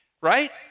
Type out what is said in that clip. Right